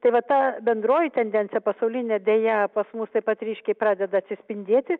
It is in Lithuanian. tai va ta bendroji tendencija pasaulinė deja pas mus taip pat ryškiai pradeda atsispindėti